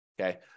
okay